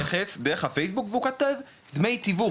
בעל הנכס מעלה פוסט דרך הפייסבוק והוא מציין בפוסט וכותב "דמי תיווך",